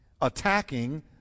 Attacking